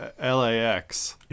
LAX